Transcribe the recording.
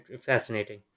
Fascinating